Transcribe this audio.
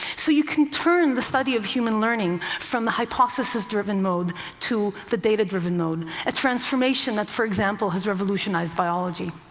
so you can turn the study of human learning from the hypothesis-driven mode to the data-driven mode, a transformation that, for example, has revolutionized biology.